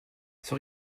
son